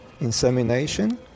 insemination